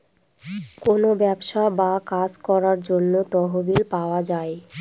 কোনো ব্যবসা বা কাজ করার জন্য তহবিল পাওয়া যায়